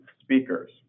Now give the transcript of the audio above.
speakers